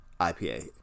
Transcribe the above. IPA